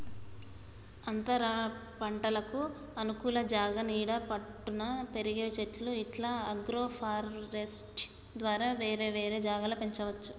అంతరపంటలకు అనుకూల జాగా నీడ పట్టున పెరిగే చెట్లు ఇట్లా అగ్రోఫారెస్ట్య్ ద్వారా వేరే వేరే జాగల పెంచవచ్చు